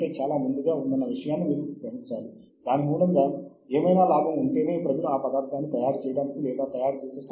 కొన్నిసార్లు భవిష్యత్తులో రాబోయే ప్రచురణలు కూడా సాహిత్య మూలాలుగా పనిచేయవచ్చు